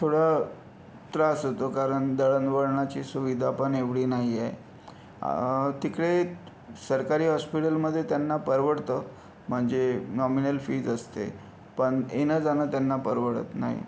थोडा त्रास होतो कारण दळणवळणाची सुविधा पण एवढी नाही आहे तिकडे सरकारी हॉस्पिटलमध्ये त्यांना परवडतं म्हणजे नॉमीनल फीज असते पण येणं जाणं त्यांना परवडत नाही